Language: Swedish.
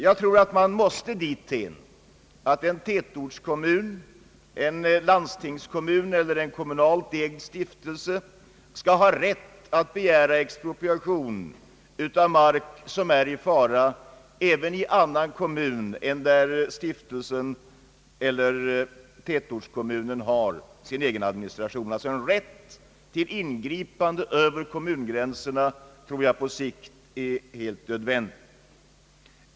Man måste nog komma dithän att en tätortskommun, en landstingskommun eller en kommunalt ägd stiftelse skall ha rätt att begära expropriation av mark, som är i fara även i annan kommun än den där stiftelsen eller tätortskommunen har sin egen administration. En rätt till ingripande över kommungränserna tror jag alltså på sikt är helt nödvändig.